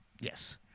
Yes